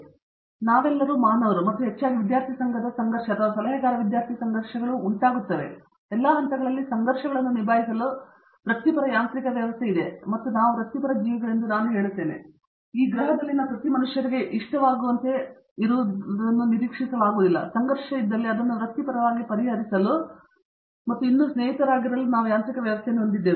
ಆದ್ದರಿಂದ ನಾವೆಲ್ಲರೂ ಮಾನವರು ಮತ್ತು ಹೆಚ್ಚಾಗಿ ವಿದ್ಯಾರ್ಥಿ ಸಂಘದ ಸಂಘರ್ಷ ಅಥವಾ ಸಲಹೆಗಾರ ವಿದ್ಯಾರ್ಥಿ ಸಂಘರ್ಷಗಳು ಉಂಟಾಗುತ್ತದೆ ಎಲ್ಲಾ ಹಂತಗಳಲ್ಲಿ ಸಂಘರ್ಷಗಳನ್ನು ನಿಭಾಯಿಸಲು ವೃತ್ತಿಪರ ಯಾಂತ್ರಿಕ ವ್ಯವಸ್ಥೆ ಇದೆ ಮತ್ತು ನಾವು ವೃತ್ತಿಪರ ಜೀವಿಗಳೆಂದು ನಾನು ಹೇಳುತ್ತೇನೆ ಆದ್ದರಿಂದ ನಾನು ಈ ಗ್ರಹದಲ್ಲಿನ ಪ್ರತಿ ಮನುಷ್ಯರಿಗೆ ಇಷ್ಟವಾಗುವಂತೆ ನಿರೀಕ್ಷಿಸುವುದಿಲ್ಲ ಮತ್ತು ಸಂಘರ್ಷ ಇದ್ದಲ್ಲಿ ಅದನ್ನು ವೃತ್ತಿಪರವಾಗಿ ಪರಿಹರಿಸಲು ಮತ್ತು ಇನ್ನೂ ಸ್ನೇಹಿತರಾಗಿರಲು ನಾವು ಯಾಂತ್ರಿಕ ವ್ಯವಸ್ಥೆಯನ್ನು ಹೊಂದಿದ್ದೇವೆ